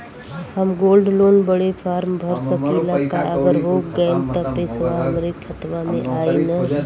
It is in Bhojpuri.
हम गोल्ड लोन बड़े फार्म भर सकी ला का अगर हो गैल त पेसवा हमरे खतवा में आई ना?